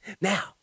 Now